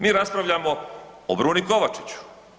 Mi raspravljamo o Bruni Kovačiću.